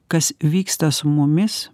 kas vyksta su mumis